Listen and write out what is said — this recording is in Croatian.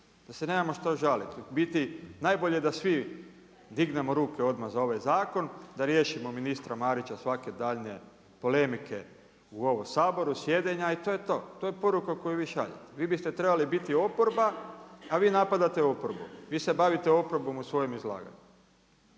da se nemamo šta žaliti. U biti najbolje da svi dignemo ruke odmah za ovaj zakon, da riješimo ministra Marića svake daljnje polemike u ovom Saboru, sjedenja i to je to. To je poruka koju vi šaljete. Vi biste trebali biti oporba, a vi napadate oporbu. VI se bavite oporbom u svojm izlaganju.